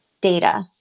data